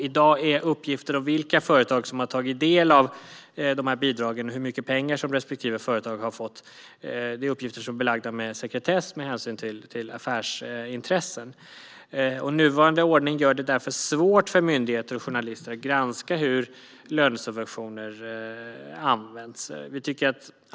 I dag är uppgifter om vilka företag som har tagit del av de här stöden och hur mycket pengar respektive företag har fått belagda med sekretess med hänsyn till affärsintressen. Nuvarande ordning gör det därför svårt för myndigheter och journalister att granska hur lönesubventioner används.